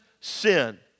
sin